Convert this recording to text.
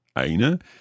eine